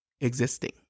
existing